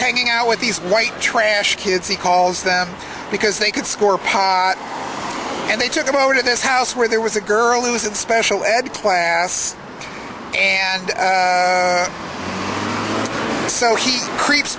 hanging out with these white trash kids he calls them because they could score pot and they took him over to this house where there was a girl who's in special ed class and so he creeps